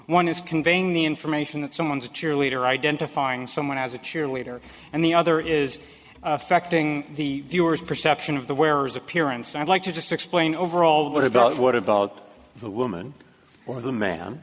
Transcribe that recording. one is conveying the information that someone's a cheerleader identifying someone as a cheerleader and the other is affecting the viewer's perception of the wearer's appearance i'd like to just explain overall what about what about the woman or the man